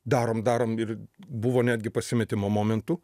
darom darom ir buvo netgi pasimetimo momentų